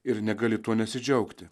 ir negali tuo nesidžiaugti